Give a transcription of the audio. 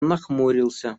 нахмурился